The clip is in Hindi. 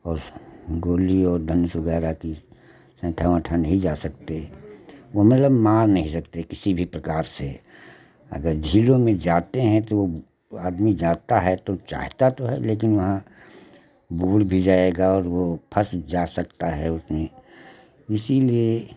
और गोली और धनुष वगैरह की वहाँ नहीं जा सकते वह मतलब मार नहीं सकते किसी भी प्रकार से अगर झीलों में जाते हैं तो वह आदमी जाता है तो चाहता तो है लेकिन वहाँ बूड भी जाएगा और वह फंस जा सकता है उसमें इसीलिए